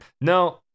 No